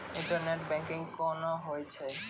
Internet banking कोना होय छै?